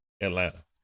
Atlanta